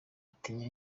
atinya